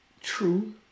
True